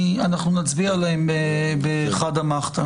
אנחנו נצביע עליהן בחדא מחתא.